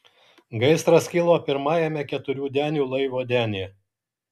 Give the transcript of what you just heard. gaisras kilo pirmajame keturių denių laivo denyje